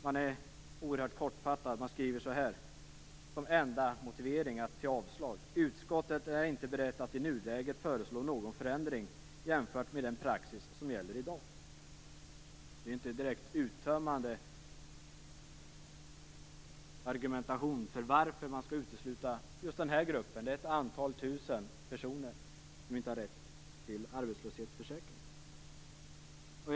Man anger oerhört kortfattat som enda motivering för avslag: "Utskottet är inte berett att i nuläget föreslå någon förändring jämfört med den praxis som gäller i dag." Det är inte någon direkt uttömmande argumentation för att man skall utesluta just den här gruppen, ett antal tusen personer, från rätt till arbetslöshetsförsäkring.